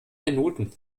minuten